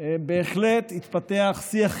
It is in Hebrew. בהחלט התפתח שיח חיובי,